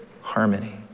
harmony